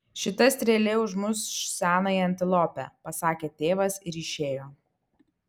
šita strėlė užmuš senąją antilopę pasakė tėvas ir išėjo